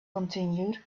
continued